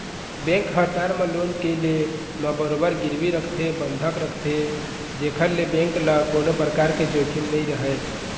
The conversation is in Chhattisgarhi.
बेंक ह टर्म लोन के ले म बरोबर गिरवी रखथे बंधक रखथे जेखर ले बेंक ल कोनो परकार के जोखिम नइ रहय